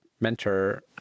mentor